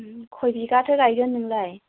खय बिगाथो गायगोन नोंलाय